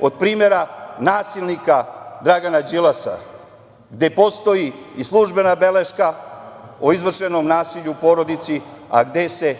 od primera nasilnika Dragana Đilasa, gde postoji i službena beleška o izvršenom nasilju u porodici, a gde se